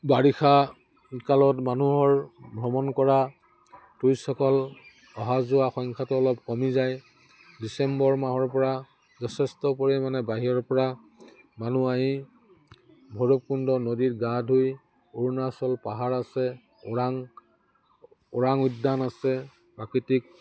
বাৰিষা কালত মানুহৰ ভ্ৰমণ কৰা টুৰিষ্টসকল অহা যোৱা সংখ্যাটো অলপ কমি যায় ডিচেম্বৰ মাহৰ পৰা যথেষ্ট পৰিমাণে বাহিৰৰ পৰা মানুহ আহি ভৈৰৱকুণ্ড নদীত গা ধুই অৰুণাচল পাহাৰ আছে ওৰাং ওৰাং উদ্যান আছে প্ৰাকৃতিক